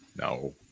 No